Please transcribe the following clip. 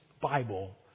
Bible